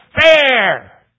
fair